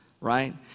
right